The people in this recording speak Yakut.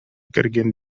кэргэн